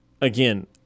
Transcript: again